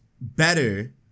better